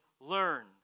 learn